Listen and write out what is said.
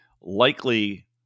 likely